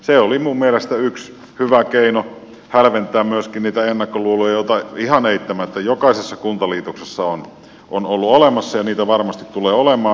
se oli minun mielestäni yksi hyvä keino hälventää myöskin niitä ennakkoluuloja joita ihan eittämättä jokaisessa kuntaliitoksessa on ollut olemassa ja varmasti tulee olemaan